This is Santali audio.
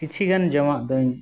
ᱠᱤᱪᱷᱤᱜᱟᱱ ᱡᱚᱢᱟᱜᱫᱚᱧ